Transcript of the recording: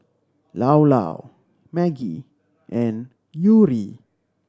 Llao Llao Maggi and Yuri